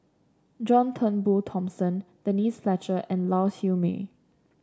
John Turnbull Thomson Denise Fletcher and Lau Siew Mei